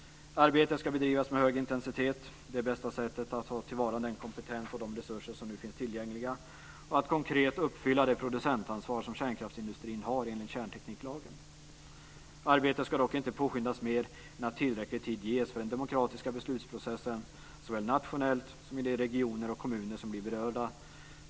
Arbetet ska bedrivas med hög intensitet. Det är det bästa sättet att ta till vara den kompetens och de resurser som nu finns tillgängliga och att konkret uppfylla det producentansvar som kärnkraftsindustrin har enligt kärntekniklagen. Arbetet ska dock inte påskyndas mer än att tillräcklig tid ges för den demokratiska beslutsprocessen såväl nationellt som i de regioner och kommuner som blir berörda.